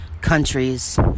countries